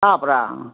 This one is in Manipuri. ꯇꯥꯕ꯭ꯔꯥ